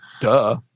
Duh